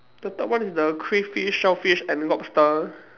the third one is the crayfish shellfish and the lobster